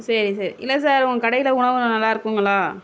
சரி சரி இல்லை சார் உங்கள் கடையில் உணவுல்லாம் நல்லாயிருக்குங்களா